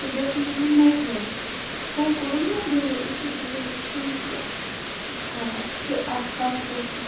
تہٕ بیٚیہِ اوسُم کوٚڑمُت نٮ۪کلٮ۪س گۄڈٕ کوٚڑُم نا دوٗر یُتھٕے دوٗر وٕچھُم تہٕ سُہ چھُ خراب سُہ چھُ اَکھ کَن پھُٹمُت